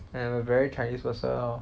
I'm a very chinese person lor